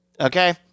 Okay